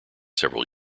several